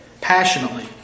passionately